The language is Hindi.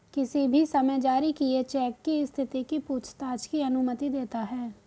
किसी भी समय जारी किए चेक की स्थिति की पूछताछ की अनुमति देता है